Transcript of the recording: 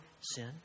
sin